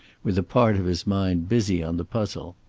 with a part of his mind busy on the puzzle.